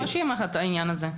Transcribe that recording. היה לנו קושי עם העניין הזה.